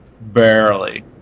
barely